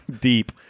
Deep